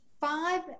five